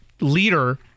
leader